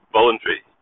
voluntary